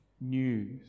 news